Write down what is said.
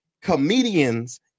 comedians